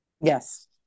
Yes